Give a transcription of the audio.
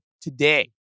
today